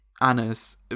Anna's